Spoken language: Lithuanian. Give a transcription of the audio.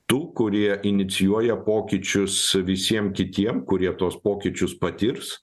tų kurie inicijuoja pokyčius visiem kitiem kurie tuos pokyčius patirs